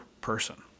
person